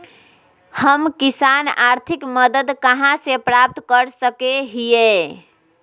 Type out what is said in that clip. हम किसान आर्थिक मदत कहा से प्राप्त कर सको हियय?